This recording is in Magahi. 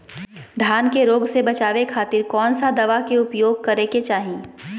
धान के रोग से बचावे खातिर कौन दवा के उपयोग करें कि चाहे?